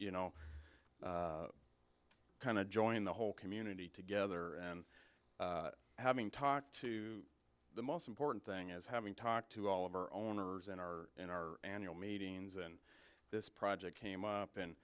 you know kind of joined the whole community together and having talked to the most important thing is having talked to all of our owners in our in our annual meetings and this project came up